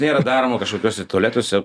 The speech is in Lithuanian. nėra daroma kažkokiuose tualetuose